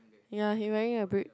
ya he wearing a brick